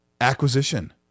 acquisition